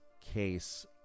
case